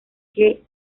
que